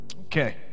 Okay